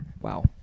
Wow